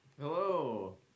Hello